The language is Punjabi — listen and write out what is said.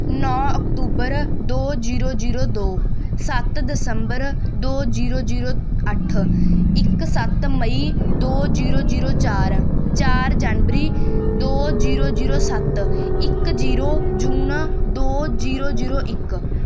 ਨੌਂ ਅਕਤੂਬਰ ਦੋ ਜੀਰੋ ਜੀਰੋ ਦੋ ਸੱਤ ਦਸੰਬਰ ਦੋ ਜੀਰੋ ਜੀਰੋ ਅੱਠ ਇੱਕ ਸੱਤ ਮਈ ਦੋ ਜੀਰੋ ਜੀਰੋ ਚਾਰ ਚਾਰ ਜਨਵਰੀ ਦੋ ਜੀਰੋ ਜੀਰੋ ਸੱਤ ਇੱਕ ਜੀਰੋ ਜੂਨ ਦੋ ਜੀਰੋ ਜੀਰੋ ਇੱਕ